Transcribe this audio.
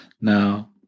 Now